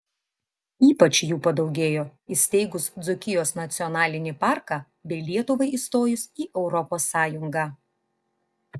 ypač jų padaugėjo įsteigus dzūkijos nacionalinį parką bei lietuvai įstojus į europos sąjungą